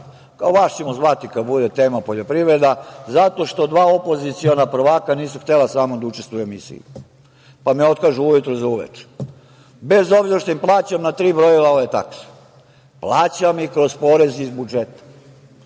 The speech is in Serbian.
kao – vas ćemo zvati kada bude tema poljoprivreda zato što dva opoziciona prvaka nisu htela sa mnom da učestvuju u emisiji, pa me otkažu ujutru za uveče, bez obzira što im plaćam na tri brojila taksu. Plaćam i kroz porez iz budžeta.